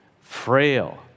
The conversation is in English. frail